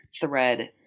thread